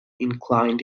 inclined